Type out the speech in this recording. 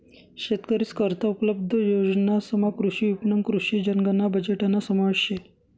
शेतकरीस करता उपलब्ध योजनासमा कृषी विपणन, कृषी जनगणना बजेटना समावेश शे